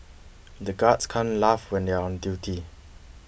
the guards can't laugh when they are on duty